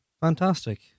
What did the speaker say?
fantastic